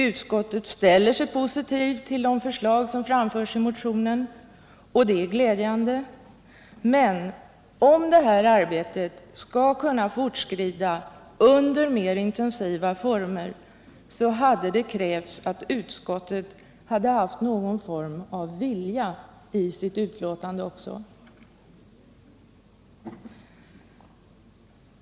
Utskottet ställer sig visserligen positivt till de förslag som framförs i motionerna — vilket är glädjande — men för att få detta arbete att fortskrida under mer intensifierade former hade det krävts att utskottet också uttryckt någon form av vilja.